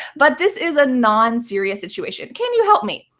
but this is a non-serious situation. can you help me?